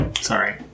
Sorry